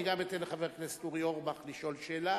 אני אתן גם לחבר הכנסת אורי אורבך לשאול שאלה,